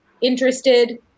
interested